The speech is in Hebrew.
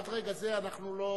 עד לרגע זה לא דיברנו,